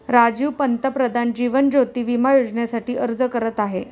राजीव पंतप्रधान जीवन ज्योती विमा योजनेसाठी अर्ज करत आहे